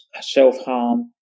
self-harm